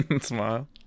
smile